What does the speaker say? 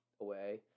away